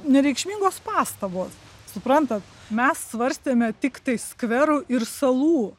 nereikšmingos pastabos suprantat mes svarstėme tiktai skvero ir salų